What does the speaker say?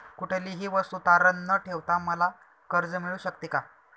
कुठलीही वस्तू तारण न ठेवता मला कर्ज मिळू शकते का?